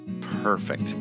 Perfect